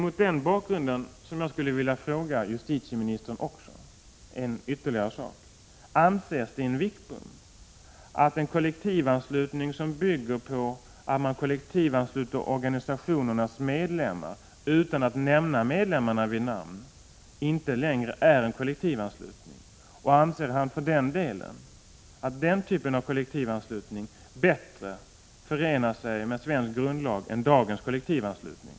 Mot denna bakgrund skulle jag vilja ställa ytterligare en fråga till justitieministern: Anser Sten Wickbom att en kollektivanslutning som bygger på att man kollektivansluter organisationernas medlemmar utan att nämna medlemmarna vid namn inte längre är någon kollektivanslutning? Anser han att den typen av kollektivanslutning bättre låter sig förenas med svensk grundlag än dagens kollektivanslutning?